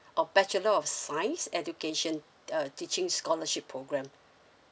or bachelor of science education uh teaching scholarship program